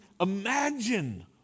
imagine